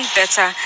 better